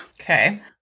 Okay